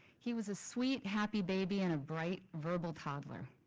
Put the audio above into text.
he was a sweet, happy baby and a bright verbal toddler.